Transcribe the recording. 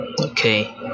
Okay